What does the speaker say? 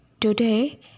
Today